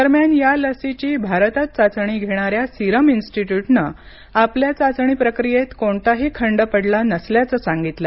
दरम्यान या लसीची भारतात चाचणी घेणाऱ्या सिरम इन्स्टीट्यूटनं आपल्या चाचणी प्रक्रियेत कोणताही खंड पडला नसल्याचं सांगितलं